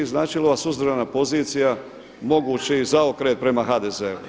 Znači li ova suzdržana pozicija mogući i zaokret prema HDZ-u?